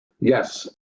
Yes